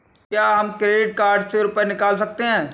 क्या हम credit card से रुपये निकाल सकते हैं?